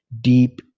deep